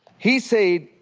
he said,